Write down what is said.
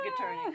attorney